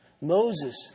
Moses